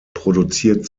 produziert